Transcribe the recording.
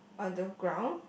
underground